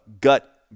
gut